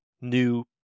new